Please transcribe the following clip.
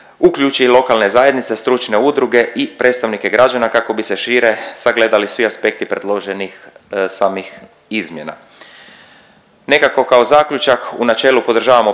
uključe i lokalne zajednice, stručne udruge i predstavnike građana kako bi se šire sagledali svi aspekti predloženih samih izmjena. Nekako kao zaključak u načelu podržavamo prijedlog